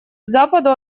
западу